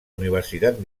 universitat